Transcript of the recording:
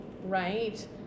right